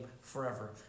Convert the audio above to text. forever